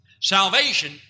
Salvation